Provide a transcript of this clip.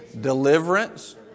deliverance